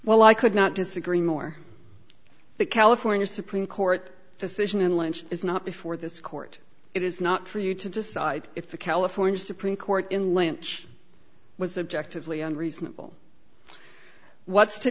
well i could not disagree more the california supreme court decision in lunch is not before this court it is not for you to decide if the california supreme court in lynch was objective leon reasonable what's to